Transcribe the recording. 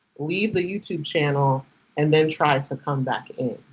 leave the youtube channel and then try to come back in.